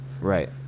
right